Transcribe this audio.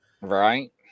right